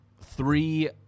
three